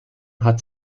hat